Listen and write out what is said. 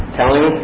telling